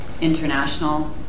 international